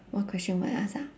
what question will I ask ah